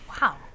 Wow